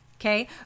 Okay